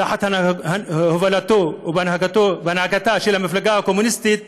תחת הובלתה ובהנהגתה של המפלגה הקומוניסטית